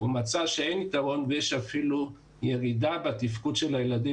הוא מצא שאין יתרון ויש אפילו ירידה בתפקוד הילדים